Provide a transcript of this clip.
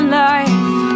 life